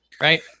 right